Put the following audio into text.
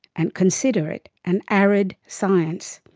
and consider it an arid science.